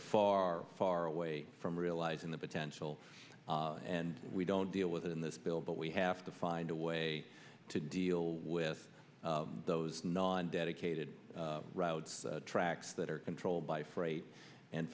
far far away from realizing the potential and we don't deal with it in this bill but we have to find a way to deal with those non dedicated routes the tracks that are controlled by freight and